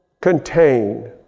contain